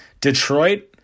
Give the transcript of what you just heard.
Detroit